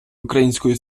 української